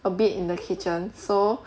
a bit in the kitchen so